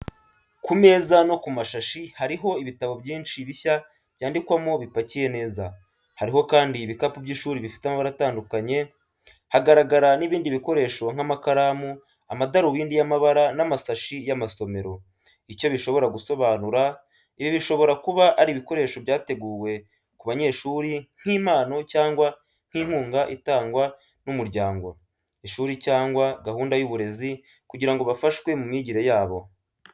Ku meza no ku mashashi hariho ibitabo byinshi bishya byandikwamo bipakiye neza. Hariho kandi ibikapu by’ishuri bifite amabara atandukanye. Hagaragara n’ibindi bikoresho nk’amakaramu, amadarubindi y’amabara n’amasashi y’amasomero. Icyo bishobora gusobanura, ibi bishobora kuba ari ibikoresho byateguwe ku banyeshuri nk’impano cyangwa nk’inkunga itangwa n’umuryango, ishuri cyangwa gahunda y’uburezi, kugira ngo bafashwe mu myigire yabo.